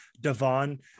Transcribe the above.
Devon